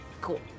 Cool